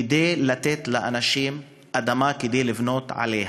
כדי לתת לאנשים אדמה לבנות עליה.